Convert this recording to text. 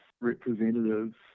representatives